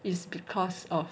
is because of